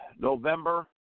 November